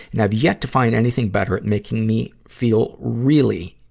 and have yet to find anything better at making me feel, really,